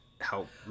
help